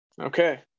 okay